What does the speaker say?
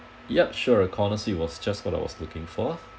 ya sure a cornered suite was just what I was looking for